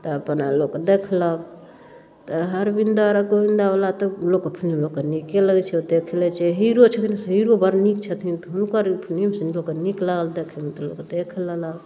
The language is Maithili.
तऽ अपन लोक देखलक तऽ धरमिन्दर आओर गोबिन्दावला तऽ लोकके फिल्म लोकके नीके लगै छै देख लै छै हीरो छथिन से हीरो बड़ नीक छथिन तऽ हुनकर फिल्म सब लोकके नीक लागल देखैमे तऽ लोग देख लेलक